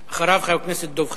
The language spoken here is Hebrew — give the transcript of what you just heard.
אחריו, חבר הכנסת דב חנין.